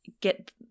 get